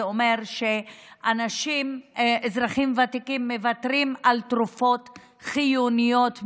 זה אומר שאזרחים ותיקים מוותרים על תרופות חיוניות מאוד.